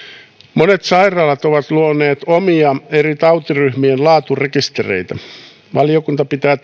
monet sairaalat ovat luoneet omia eri tautiryhmien laaturekistereitä valiokunta pitää